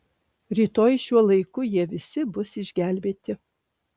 rytoj šiuo laiku jie visi bus išgelbėti